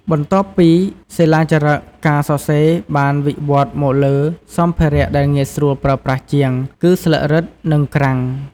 បន្ទាប់ពីសិលាចារឹក ការសរសេរបានវិវឌ្ឍន៍មកលើសម្ភារៈដែលងាយស្រួលប្រើប្រាស់ជាង គឺស្លឹករឹត និងក្រាំង។